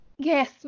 yes